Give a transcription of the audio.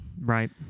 Right